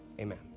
amen